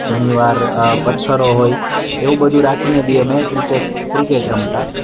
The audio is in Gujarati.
ઘણીવાર પથ્થરો હોય એવું બધું રાખીને પણ અમે ક્રિકેટ રમતા